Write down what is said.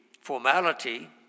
formality